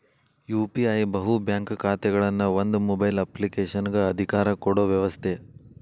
UPI ಬಹು bank ಖಾತೆಗಳನ್ನ ಒಂದ ಮೊಬೈಲ್ ಅಪ್ಲಿಕೇಶನಗ ಅಧಿಕಾರ ಕೊಡೊ ವ್ಯವಸ್ತ